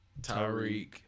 tyreek